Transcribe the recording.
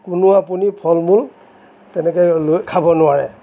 কোনো আপুনি ফলমূল তেনেকৈ লৈ খাব নোৱাৰে